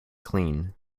clean